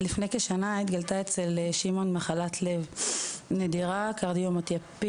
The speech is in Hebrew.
לפני כשנה התגלתה אצל ש' מחלת לב נדירה קרדיומיופתיה